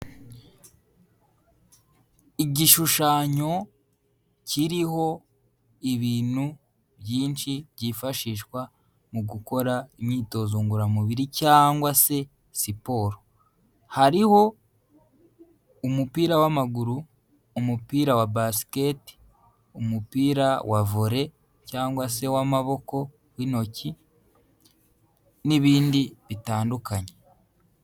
Igishushanyo kiriho ibintu byinshi byifashishwa mu gukora imyitozo ngororamubiri cyangwa se siporo, hariho umupira w'amaguru, umupira wa Basket, umupira wa Volley cyangwa se w'amaboko w'intoki n'ibindi bitandukanye.